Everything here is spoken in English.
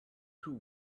two